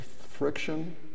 friction